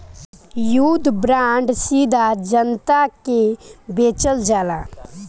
युद्ध बांड सीधा जनता के बेचल जाला